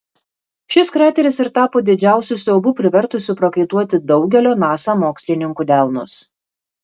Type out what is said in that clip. šis krateris ir tapo didžiausiu siaubu privertusiu prakaituoti daugelio nasa mokslininkų delnus